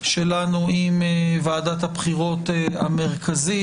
שלנו עם ועדת הבחירות המרכזית,